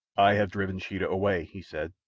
i have driven sheeta away, he said.